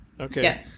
Okay